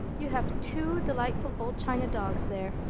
you have two delightful old china dogs there.